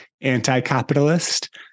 anti-capitalist